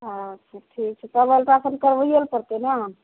अच्छा ठीक छै तब अल्ट्रासाउण्ड करबैए ले पड़तै नहि